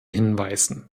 hinweisen